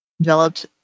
developed